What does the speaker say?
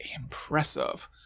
impressive